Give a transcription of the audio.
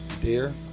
Dear